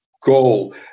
goal